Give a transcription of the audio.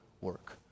work